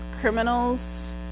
criminals